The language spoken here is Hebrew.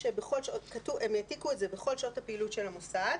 פה, הם העתיקו את זה, בכל שעות הפעילות של המוסד,